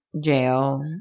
jail